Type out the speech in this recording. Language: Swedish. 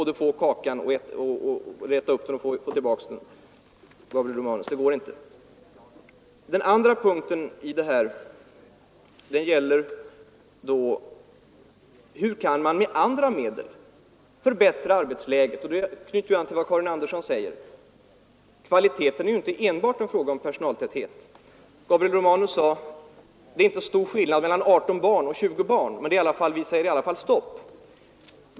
Den andra punkten gäller hur man med andra medel kan förbättra arbetsläget. Kvalitet är inte enbart en fråga om personaltäthet. Herr Romanus sade: Det är inte stor skillnad mellan 18 och 20 barn, men vi säger i alla fall stopp.